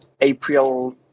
April